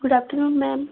good afternoon ma'am